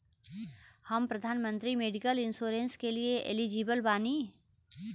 हम प्रधानमंत्री medical insurance के लिए एलिजिबल बानी?